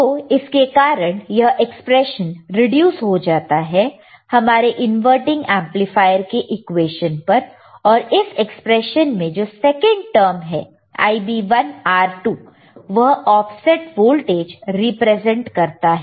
तो इसके कारण यह एक्सप्रेशन रिड्यूस हो जाता है हमारे इनवर्टिंग एमप्लीफायर के इक्वेश्चन पर और इस एक्सप्रेशन में जो सेकंड टर्म है Ib1 R2 वह ऑफसेट वोल्टेज रिप्रेजेंट करता है